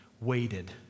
waited